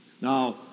Now